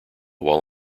while